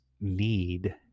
need